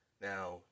Now